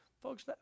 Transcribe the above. Folks